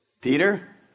Peter